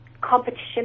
competition